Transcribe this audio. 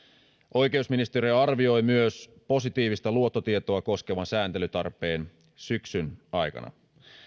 oikeusministeriö arvioi myös positiivista luottotietoa koskevan sääntelytarpeen syksyn aikana